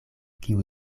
kiu